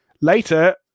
Later